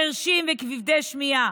חירשים וכבדי שמיעה